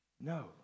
No